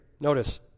notice